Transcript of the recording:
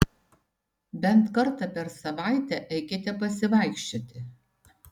bent kartą per savaitę eikite pasivaikščioti